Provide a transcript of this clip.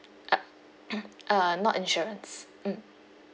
uh uh not insurance mm